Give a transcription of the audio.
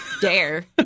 dare